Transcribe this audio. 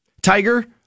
Tiger